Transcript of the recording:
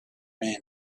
men